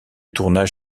tournage